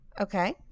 Okay